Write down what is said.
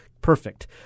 Perfect